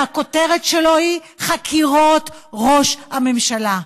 שהכותרת שלו היא: חקירות ראש הממשלה.